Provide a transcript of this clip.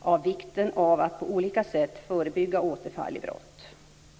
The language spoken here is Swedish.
av vikten av att på olika sätt förebygga återfall i brott.